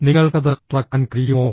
നിങ്ങൾക്കത് തുറക്കാൻ കഴിയുമോ